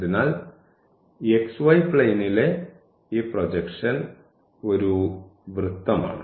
അതിനാൽ xy പ്ലെയ്നിലെ ഈ പ്രൊജക്ഷൻ ഒരു വൃത്തമാണ്